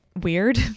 weird